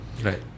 Right